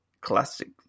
classic